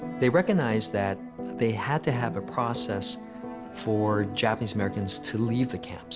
they recognized that they had to have a process for japanese americans to leave the